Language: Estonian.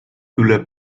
üle